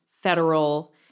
federal